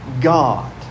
God